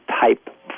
type